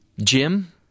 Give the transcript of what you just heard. Jim